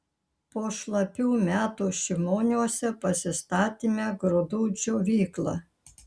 po šlapių metų šimoniuose pasistatėme grūdų džiovyklą